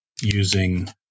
using